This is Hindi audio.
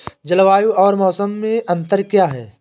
जलवायु और मौसम में अंतर क्या है?